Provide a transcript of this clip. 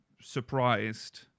surprised